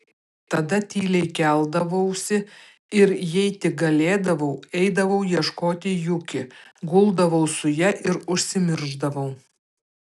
tada tyliai keldavausi ir jei tik galėdavau eidavau ieškoti juki guldavau su ja ir užsimiršdavau